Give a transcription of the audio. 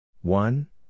One